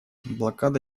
блокада